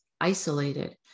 isolated